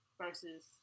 versus